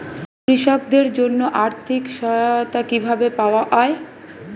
কৃষকদের জন্য আর্থিক সহায়তা কিভাবে পাওয়া য়ায়?